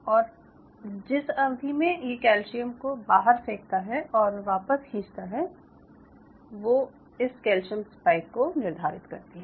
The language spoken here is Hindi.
और जिस समय अवधि में ये कैल्शियम को बहार फेंकता है और वापस खींचता है वो इस कैल्शियम स्पाइक को निर्धारित करती है